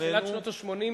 בתחילת שנות ה-80,